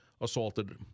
assaulted